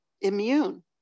immune